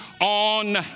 on